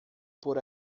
por